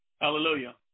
Hallelujah